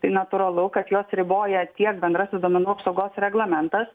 tai natūralu kad juos riboja tiek bendrasis duomenų apsaugos reglamentas